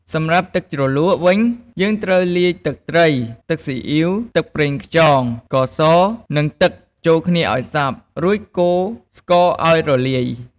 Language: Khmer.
សម្រាប់ទឹកជ្រលក់វិញ យើងត្រូវលាយទឹកត្រី ទឹកស៊ីអ៉ីវ ទឹកប្រេងខ្យង ស្ករស និងទឹកចូលគ្នាឱ្យសព្វ រួចកូរស្ករឱ្យរលាយ។